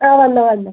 ആ വന്നോ വന്നോ